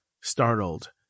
startled